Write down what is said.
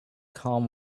calm